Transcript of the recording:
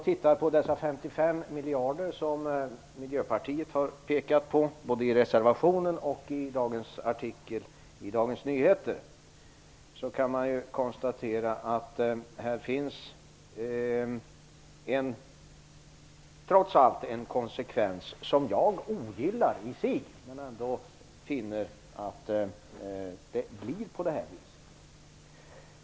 Tittar vi på dessa 55 miljarder kronor som Miljöpartiet talar om både i reservationen och i en artikel i Dagens Nyheter i dag, finns det en konsekvens som jag ogillar i sig. Men jag finner ändå att det blir på det viset.